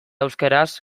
euskaraz